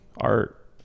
art